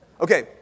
Okay